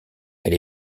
elle